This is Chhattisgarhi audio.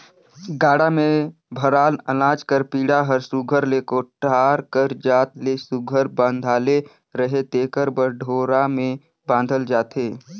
गाड़ा मे भराल अनाज कर बीड़ा हर सुग्घर ले कोठार कर जात ले सुघर बंधाले रहें तेकर बर डोरा मे बाधल जाथे